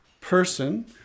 person